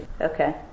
Okay